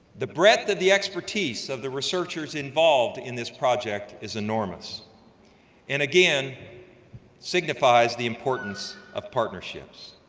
the breadth of the expertise of the researchers involved in this project is enormous and again signifies the importance of partnerships.